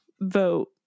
vote